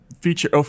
feature